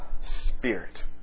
Spirit